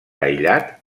aïllat